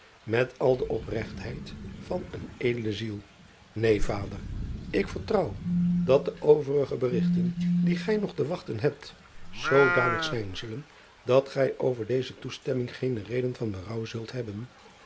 met al de opregtheid van een edele ziel een ader k vertrouw dat de overige berigten die gij nog te wachten hebt zoodanig zijn zullen dat gij over deze toestemming geene reden van berouw zult hebben